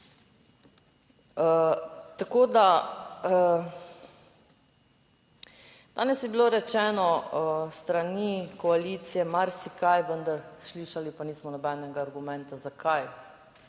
Tako da danes je bilo rečeno s strani koalicije marsikaj, vendar slišali pa nismo nobenega argumenta, zakaj,